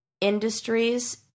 industries